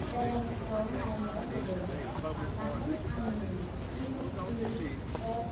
बेलेन्सखौ नायनो लुबैदों अन्नानै आंनि इ पि एफ